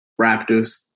Raptors